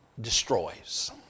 destroys